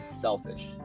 selfish